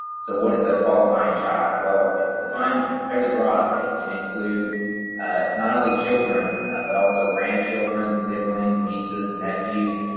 so what is a qualifying child? well, it's defined fairly broadly. it includes not only children but also grandchildren, siblings, nieces, nephews.